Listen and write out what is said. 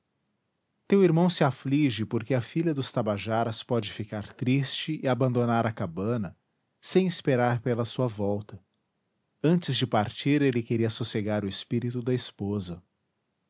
teu irmão se aflige porque a filha dos tabajaras pode ficar triste e abandonar a cabana sem esperar pela sua volta antes de partir ele queria sossegar o espírito da esposa